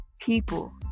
People